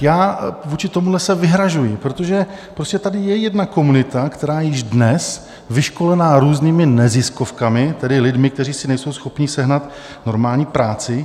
Tak vůči tomuhle se vyhrazuji, protože tady je jedna komunita, která již dnes vyškolena různými neziskovkami, tedy lidmi, kteří si nejsou schopní sehnat normální práci.